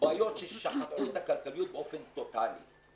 בעיות ששחקו את הכלכליות באופן טוטלי.